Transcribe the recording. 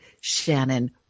Shannon